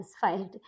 satisfied